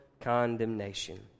condemnation